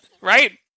right